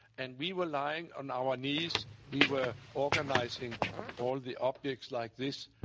and we were lying on our knees. we were organizing all the objects like this.